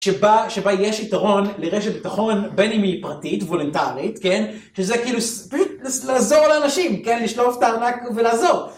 שבה יש יתרון לרשת ביטחון בין אם היא פרטית, וולונטרית, כן? שזה כאילו לעזור לאנשים, כן? לשלוף את הארנק ולעזור.